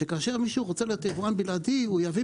שכאשר מישהו רוצה להיות יבואן בלעדי הוא יביא